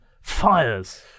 fires